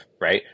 right